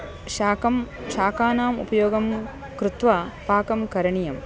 शाकं शाकानाम् उपयोगं कृत्वा पाकः करणीयः